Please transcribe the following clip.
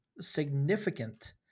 significant